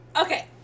Okay